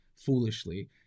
foolishly